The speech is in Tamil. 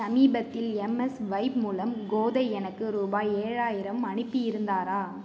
சமீபத்தில் எம்எஸ்வைப் மூலம் கோதை எனக்கு ரூபாய் ஏழாயிரம் அனுப்பியிருந்தாரா